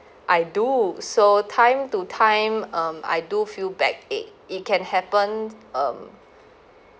I do so time to time um I do feel backache it can happen um